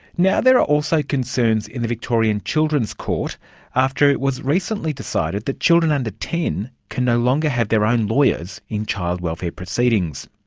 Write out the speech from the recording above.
now there are also concerns in the victorian children's court after it was recently decided that children under ten can no longer have their own lawyers in child welfare proceedings.